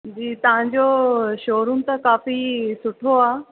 जी तव्हांजो शोरूम त काफ़ी सुठो आहे